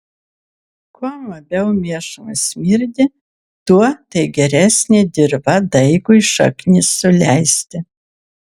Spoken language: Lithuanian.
kuo labiau mėšlas smirdi tuo tai geresnė dirva daigui šaknis suleisti